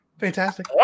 Fantastic